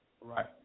Right